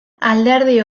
alderdi